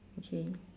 okay